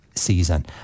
season